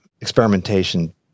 experimentation